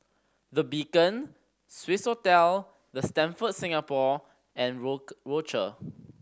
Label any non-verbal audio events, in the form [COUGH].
The Beacon Swissotel The Stamford Singapore and [UNINTELLIGIBLE] Rochor